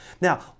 Now